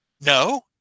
No